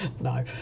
No